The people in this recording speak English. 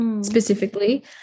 specifically